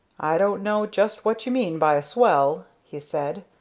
i don't know just what you mean by a swell, he said.